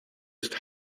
ist